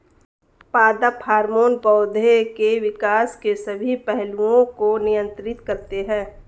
पादप हार्मोन पौधे के विकास के सभी पहलुओं को नियंत्रित करते हैं